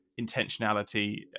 intentionality